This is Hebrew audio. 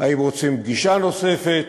אם רוצים פגישה נוספת.